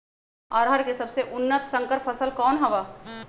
अरहर के सबसे उन्नत संकर फसल कौन हव?